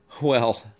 Well